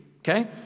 Okay